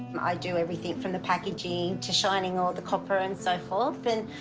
i do everything from the packaging, to shining all the copper and so forth.